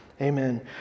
Amen